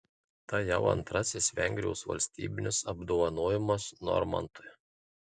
tai jau antrasis vengrijos valstybinis apdovanojimas normantui